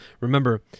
Remember